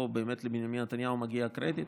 פה באמת לבנימין נתניהו מגיע קרדיט,